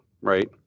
right